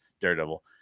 Daredevil